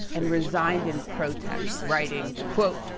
and resigned in protest, writing, quote,